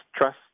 trust